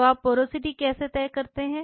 तो आप पोरोसिटी कैसे तय करते हैं